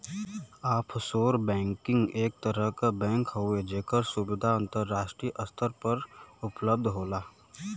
offshore banking एक तरह क बैंक हउवे जेकर सुविधा अंतराष्ट्रीय स्तर पर उपलब्ध होला